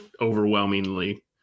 overwhelmingly